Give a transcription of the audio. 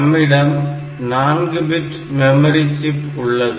நம்மிடம் 4 bit memory chip உள்ளது